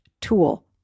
tool